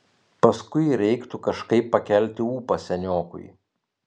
paskui reiktų kažkaip pakelti ūpą seniokui